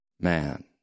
man